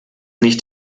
nicht